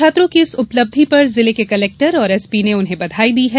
छात्रों की इस उपलब्धि पर जिले के कलेक्टर और एसपी ने बधाई दी है